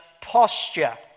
posture